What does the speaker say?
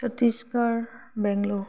Chhattisgarh Bangalore